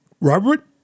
Robert